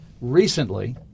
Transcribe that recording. recently